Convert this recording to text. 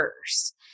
first